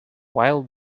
wild